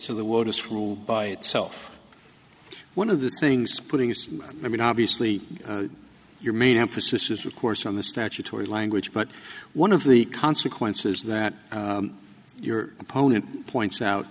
to the world is ruled by itself one of the things putting us i mean obviously your main emphasis is of course on the statutory language but one of the consequences that your opponent points out